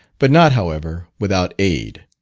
but not, however, without aid.